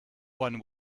one